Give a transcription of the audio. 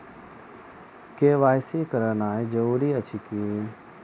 KYC करानाइ जरूरी अछि की?